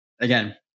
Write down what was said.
Again